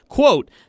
Quote